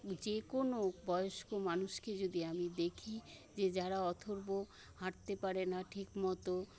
যেকোনো বয়স্ক মানুষকে যদি আমি দেখি যে যারা অথর্ব হাঁটতে পারে না ঠিকমতো